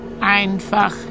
einfach